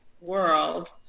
world